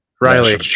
Riley